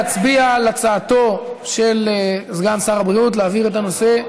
להצביע על הצעתו של סגן שר הבריאות להעביר את הנושא,